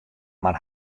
mar